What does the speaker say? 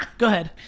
go ahead.